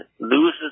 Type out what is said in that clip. loses